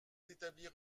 d’établir